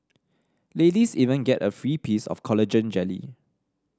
ladies even get a free piece of collagen jelly